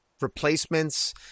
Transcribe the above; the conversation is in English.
replacements